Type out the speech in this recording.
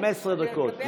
15 דקות.